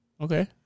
Okay